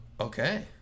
okay